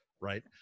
right